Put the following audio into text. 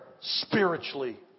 spiritually